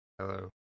hello